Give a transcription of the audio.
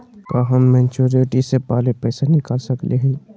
का हम मैच्योरिटी से पहले पैसा निकाल सकली हई?